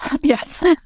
Yes